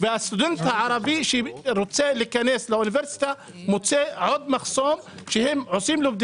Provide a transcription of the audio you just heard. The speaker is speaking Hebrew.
והסטודנט הערבי שרוצה להיכנס לאוניברסיטה מוצא עוד מחסום שהם עושים לו גם